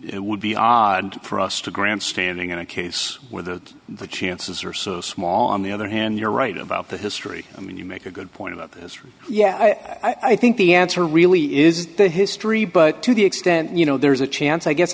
it would be odd for us to grandstanding in a case where the the chances are so small on the other hand you're right about the history i mean you make a good point about this yeah i think the answer really is the history but to the extent you know there's a chance i guess